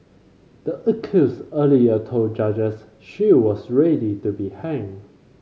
the accused earlier told judges she was ready to be hanged